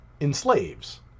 enslaves